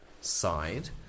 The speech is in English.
side